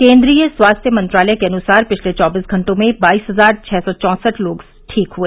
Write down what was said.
केन्द्रीय स्वास्थ्य मंत्रालय के अनुसार पिछले चौबीस घंटों में बाईस हजार छः सौ चौंसठ लोग ठीक हुए